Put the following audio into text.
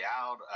out